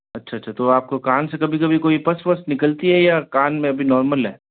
अच्छा अच्छा तो आप को कान से कभी कभी कोई पस वस निकलती है या कान में अभी नॉर्मल है